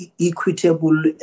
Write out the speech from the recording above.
equitable